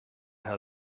how